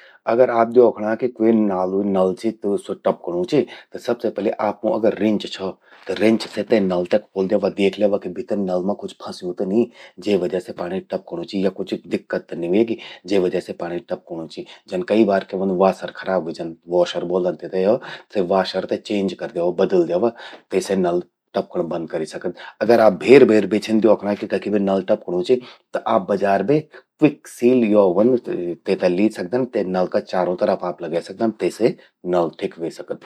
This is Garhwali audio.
अगर आप द्योखणा कि क्वे नालु नल चि ज्वो टपकणूं चि। त सबसे पलि आपमूं अगर रिंच छौ त रिंच से ते नल ते ख्वोल ल्यवा, द्येख ल्यवा कि भितर नल मां कुछ फंस्यूं त नी। जे वजह से पाणि टपकणूं चि या कुछ दिक्कत त नि व्हेगि, जे वजह से पाणि टपकणूं चि। जन कई बार क्या व्हंद वॉशर खराब व्हे जंद। जन वॉशर ब्वोलदन तेते यो। ते वॉशर ते चंज कर द्यवा, बदल द्यवा, तेसे नल टपकण बंद करि सकद। अगर आप भेर भेर बे छिन द्योखणा कि कखि बे नल टपकणूं चि, त आप बजार बे क्विक सील यो व्हंद, तेते ली सकदन। तेते नल का चारों तरफ लगे सकदन, तेसे नल ठिक व्हे सकद।